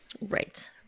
right